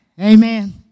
amen